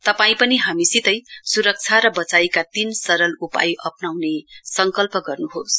तपाईं पनि हामीसितै सुरक्षा र बचाइका तीन सरल उपाय अप्नाउने संकल्प गर्नुहोस्